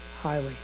highly